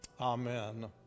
amen